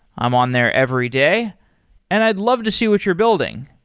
i'm on there every day and i'd love to see what you're building.